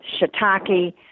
shiitake